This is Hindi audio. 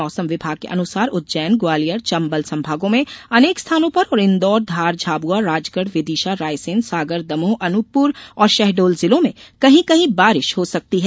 मौसम विभाग के अनुसार उज्जैन ग्वालियर चंबल संभागों में अनेक स्थानों पर और इंदौर धार झाबुआ राजगढ विदिशा रायसेन सागर दमोह अनूपपुर और शहडोल जिलों में कही कही बारिश हो सकती है